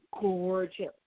gorgeous